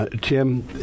Tim